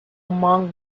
among